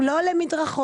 הוא לא עולה מדרכות.